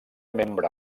membre